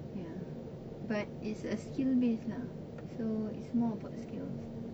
ya but it's a skill-based lah so it's more about skills